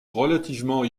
relativement